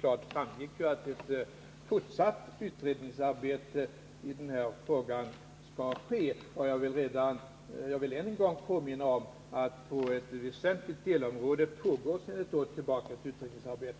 klart framgick att ett fortsatt utredningsarbete i den här frågan skall ske. Jag vill också än en gång påminna om att på ett väsentligt delområde pågår sedan ett år tillbaka ett utredningsarbete.